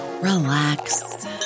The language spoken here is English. relax